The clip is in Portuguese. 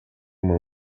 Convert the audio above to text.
uma